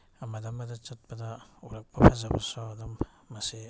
ꯑꯃꯗ ꯑꯃꯗ ꯆꯠꯄꯗ ꯎꯔꯛꯄ ꯐꯖꯕꯁꯨ ꯑꯗꯨꯝ ꯃꯁꯤ